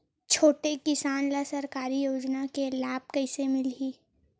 छोटे किसान ला सरकारी योजना के लाभ कइसे मिलही?